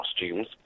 costumes